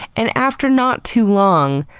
and after not too long,